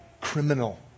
criminal